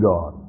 God